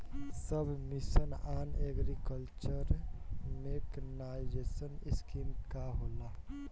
सब mission on agriculture mechanisation scheme का होला?